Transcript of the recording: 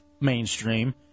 mainstream